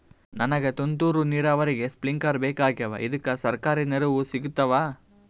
ನನಗ ತುಂತೂರು ನೀರಾವರಿಗೆ ಸ್ಪಿಂಕ್ಲರ ಬೇಕಾಗ್ಯಾವ ಇದುಕ ಸರ್ಕಾರಿ ನೆರವು ಸಿಗತ್ತಾವ?